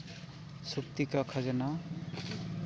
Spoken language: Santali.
ᱥᱚᱠᱛᱤ ᱠᱟ ᱠᱷᱟᱡᱽᱱᱟ